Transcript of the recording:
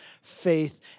faith